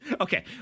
Okay